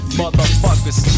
motherfuckers